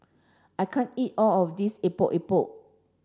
I can't eat all of this Epok Epok